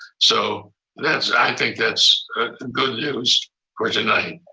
so that's, i think that's a good news for tonight.